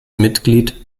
mitglied